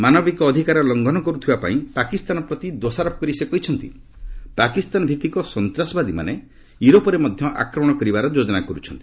ମାନବିକ ଅଧିକାର ଲଙ୍ଘନ କର୍ଥିବାପାଇଁ ପାକିସ୍ତାନ ପ୍ରତି ଦୋଷାରୋପ କରି ସେ କହିଛନ୍ତି ପାକିସ୍ତାନଭିତ୍ତିକ ସନ୍ତାସବାଦୀମାନେ ୟୁରୋପରେ ମଧ୍ୟ ଆକ୍ରମଣ କରିବାପାଇଁ ଯୋଜନା କରୁଛନ୍ତି